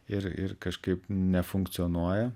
ir ir kažkaip nefunkcionuoja